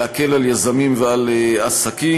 להקל על יזמים ועל עסקים,